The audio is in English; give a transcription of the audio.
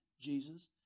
Jesus